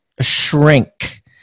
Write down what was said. Shrink